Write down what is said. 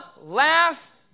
last